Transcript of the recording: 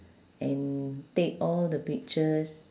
and take all the pictures